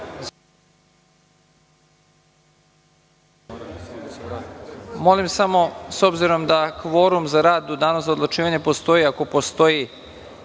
Poslovnika.S obzirom da kvorum za rad u danu za odlučivanje postoji, ako postoji